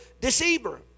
deceiver